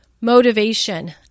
motivation